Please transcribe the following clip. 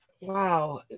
Wow